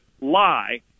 lie